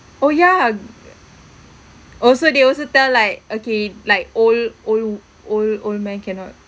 oh yeah also they also tell like okay like old old old old man cannot